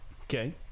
Okay